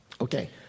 Okay